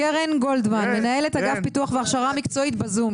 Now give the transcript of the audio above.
קרן גולדמן, מנהלת פיתוח והכשרה מקצועיות,